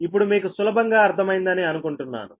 ఇప్పుడు మీకు సులభంగా అర్థం అయిందని అనుకుంటున్నాను